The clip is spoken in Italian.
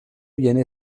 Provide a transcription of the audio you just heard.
viene